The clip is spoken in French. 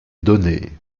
donnée